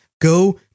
Go